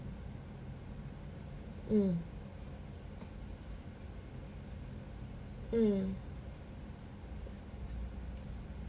mm mm